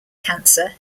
cancer